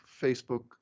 Facebook